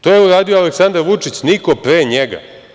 To je uradio Aleksandar Vučić niko pre njega.